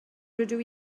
rydw